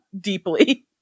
deeply